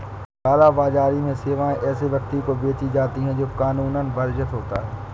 काला बाजारी में सेवाएं ऐसे व्यक्ति को भी बेची जाती है, जो कानूनन वर्जित होता हो